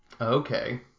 Okay